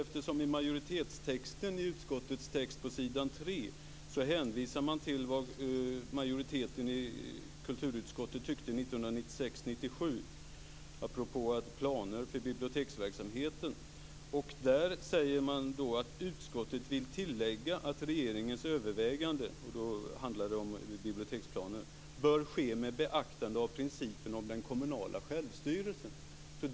I utskottsmajoritetens text, på s. 3, hänvisar man till vad majoriteten i kulturutskottet tyckte 1996/97 apropå planer för biblioteksverksamheten. Där sägs det att utskottet vill tillägga att regeringens övervägande - då handlar det om biblioteksplaner - bör ske med beaktande av principen om den kommunala självstyrelsen.